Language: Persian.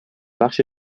بخش